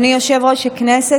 אדוני יושב-ראש הישיבה,